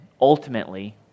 ultimately